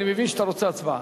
אז אני מבין שאתה רוצה הצבעה.